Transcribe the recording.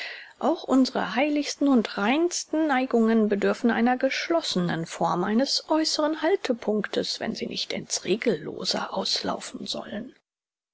auch unsre heiligsten und reinsten neigungen bedürfen einer geschlossenen form eines äußeren haltepunktes wenn sie nicht in's regellose auslaufen sollen